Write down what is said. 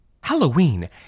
Halloween